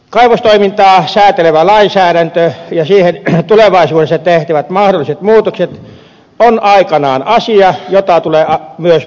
kaivostoimintaa säätelevä lainsäädäntö ja siihen tulevaisuudessa tehtävät mahdolliset muutokset ovat aikanaan asia jota tulee myös pohtia tarkkaan